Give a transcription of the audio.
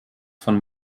von